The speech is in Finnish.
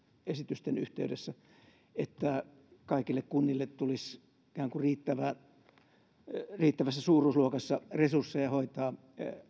esitysten yhteydessä sitä että kaikille kunnille tulisi ikään kuin riittävässä suuruusluokassa resursseja hoitaa